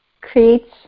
creates